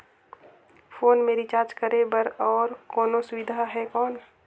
Phone मे recharge करे बर और कोनो सुविधा है कौन?